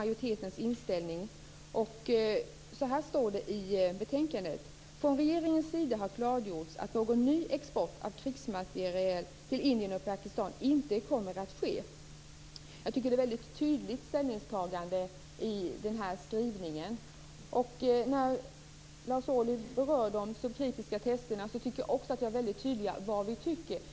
Av betänkandet framgår att det från regeringens sida har klargjorts att någon ny export av krigsmateriel till Indien och Pakistan inte kommer att ske. Det är ett tydligt ställningstagande. Lars Ohly berör de så kritiserade testerna, och jag tycker att vi har varit tydliga i vad vi tycker.